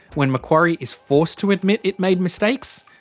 when macquarie is forced to admit it made mistakes,